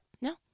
No